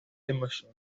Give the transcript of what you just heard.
emmerson